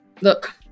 look